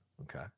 Okay